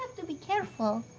to be careful.